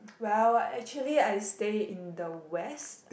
well actually I stay in the west